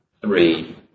three